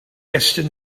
estyn